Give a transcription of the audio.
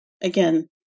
again